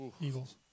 Eagles